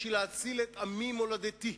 בשביל להציל את עמי-מולדתי.